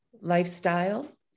lifestyle